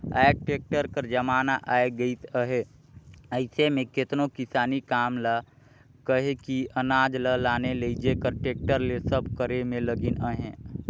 आएज टेक्टर कर जमाना आए गइस अहे अइसे में केतनो किसानी काम ल कहे कि अनाज ल लाने लेइजे कर टेक्टर ले सब करे में लगिन अहें